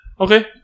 okay